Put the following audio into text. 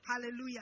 Hallelujah